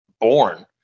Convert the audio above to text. born